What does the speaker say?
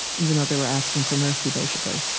even though they were asking for mercy basically